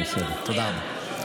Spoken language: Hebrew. תודה רבה.